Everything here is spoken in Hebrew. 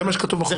זה מה שכתוב בחוק.